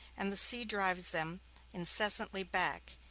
and the sea drives them incessantly back,